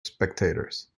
spectators